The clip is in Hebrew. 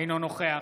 אינו נוכח